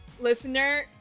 listener